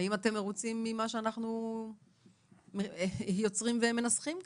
האם אתם מרוצים ממה שאנחנו יוצרים ומנסחים כאן?